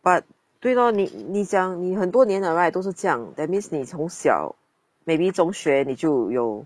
but 对 lor 你你讲你很多年 liao right 都是这样 that means 你从小 maybe 中学你就有